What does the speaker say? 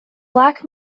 black